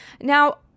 Now